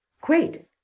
great